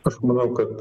aš manau kad